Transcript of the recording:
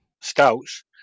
scouts